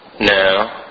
no